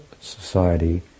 society